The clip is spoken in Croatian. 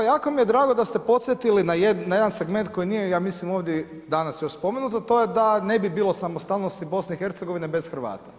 Jako mi je drago da ste podsjetili na jedan segment koji nije ja mislim ovdje danas još spomenuto, a to je da ne bi bilo samostalnosti BiH bez Hrvata.